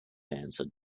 answered